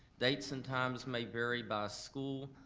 dates and times may vary by school.